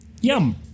Yum